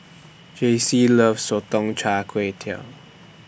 Jaycee loves Sotong Char Kway